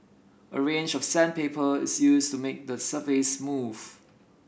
a range of sandpaper is used to make the surface smooth